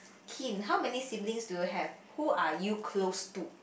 kin how many siblings do you have who are you close to